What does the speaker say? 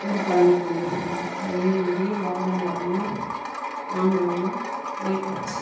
ஒரு பலனுக்கு வந்ததுன்றது அதேமாதிரி வாழைமரமும் மாமரமும் லேட்டாச்சு